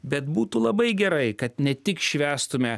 bet būtų labai gerai kad ne tik švęstume